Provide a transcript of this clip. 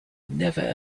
never